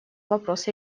вопрос